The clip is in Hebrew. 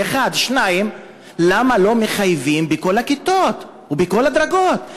זה, 1. 2. למה לא מחייבים בכל הכיתות ובכל הדרגות?